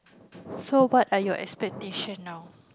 so what are your expectation now